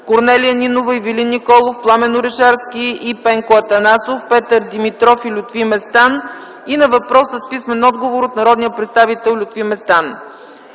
Корнелия Нинова, Ивелин Николов, Пламен Орешарски и Пенко Атанасов, Петър Димитров и Лютви Местан, и на въпрос с писмен отговор от народния представител Лютви Местан;